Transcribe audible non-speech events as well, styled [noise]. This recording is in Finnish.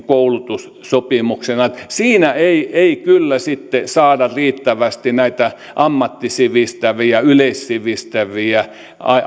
[unintelligible] koulutussopimuksena siinä ei ei kyllä saada riittävästi näitä ammattisivistäviä yleissivistäviä